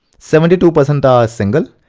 seventy two percent are single.